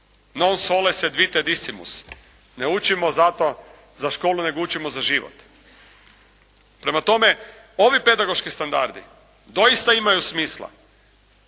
"Non solens ad vitae disimus" – "Ne učimo za školu nego učimo za život!". Prema tome, ovi pedagoški standardi doista imaju smisla